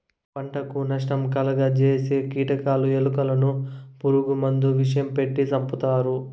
పంటకు నష్టం కలుగ జేసే కీటకాలు, ఎలుకలను పురుగు మందుల విషం పెట్టి సంపుతారు